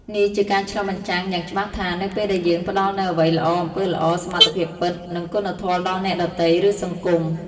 នេះជាការឆ្លុះបញ្ចាំងយ៉ាងច្បាស់ថា នៅពេលដែលយើងផ្ដល់នូវអ្វីល្អ អំពើល្អ សមត្ថភាពពិត និងគុណធម៌ដល់អ្នកដទៃ ឬសង្គម។